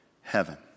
heaven